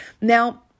Now